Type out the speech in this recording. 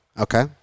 Okay